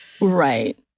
Right